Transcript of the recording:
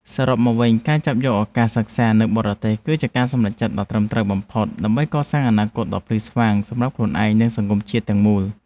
សរុបមកវិញការចាប់យកឱកាសសិក្សានៅបរទេសគឺជាការសម្រេចចិត្តដ៏ត្រឹមត្រូវបំផុតដើម្បីកសាងអនាគតដ៏ភ្លឺស្វាងសម្រាប់ខ្លួនឯងនិងសង្គមជាតិទាំងមូល។